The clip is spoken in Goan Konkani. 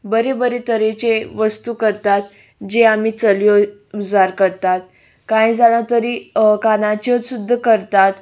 बरे बरे तरेचे वस्तू करतात जे आमी चलयो उजार करतात कांय जाणा तरी कानाच्यो सुद्दां करतात